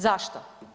Zašto?